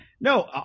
No